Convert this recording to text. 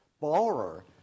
borrower